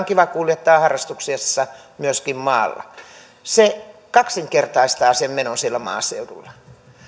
kiva kuljettaa harrastuksissa myöskin maalla se kaksinkertaistaa sen menon siellä maaseudulla